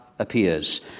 Appears